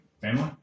Family